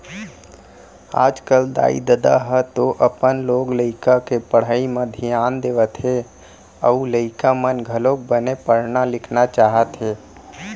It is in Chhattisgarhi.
आजकल दाई ददा ह तो अपन लोग लइका के पढ़ई म धियान देवत हे अउ लइका मन घलोक बने पढ़ना लिखना चाहत हे